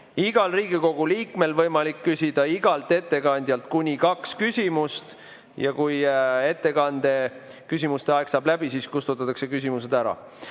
igal Riigikogu liikmel võimalik küsida igalt ettekandjalt kuni kaks küsimust. Ja kui ettekande küsimuste aeg saab läbi, siis kustutatakse küsimused ära.